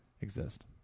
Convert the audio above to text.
exist